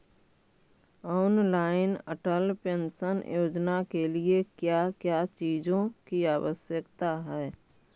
Online Atal pension Yojana के लिए क्या क्या चीजों की आवश्यकता है?